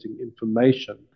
information